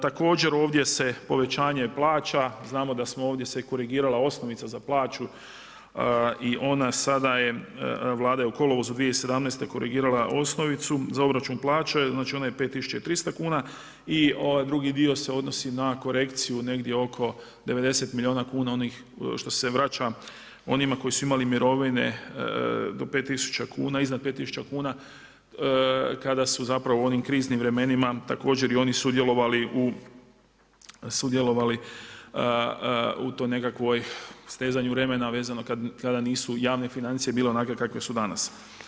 Također ovdje se povećanje plaća, znamo da se ovdje korigirala osnovica za plaću i ona sada je Vlada je u kolovozi 2017. korigirala osnovicu za obračun plaće, znači ona je 5.300 kuna i ovaj drugi dio se odnosi na korekciju negdje oko 90 milijuna kuna onih što se vrača onima koji su imali mirovine do 5.000 kuna, iznad 5.000 kuna kada su zapravo u onim kriznim vremenima također i oni sudjelovali u toj nekakvoj, stezanju remena kada nisu bile javne financije bile onakve kakve su danas.